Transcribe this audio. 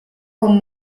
con